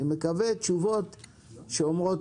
אני מקווה שאלו יהיו תשובות שאומרות: